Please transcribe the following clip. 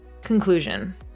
Conclusion